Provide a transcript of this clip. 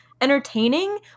entertaining